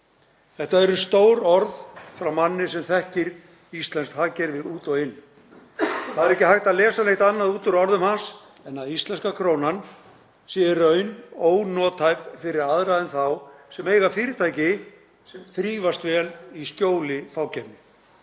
Þetta eru stór orð frá manni sem þekkir íslenskt hagkerfi út og inn. Það er ekki hægt að lesa neitt annað út úr orðum hans en að íslenska krónan sé í raun ónothæf fyrir aðra en þá sem eiga fyrirtæki sem þrífast vel í skjóli fákeppni.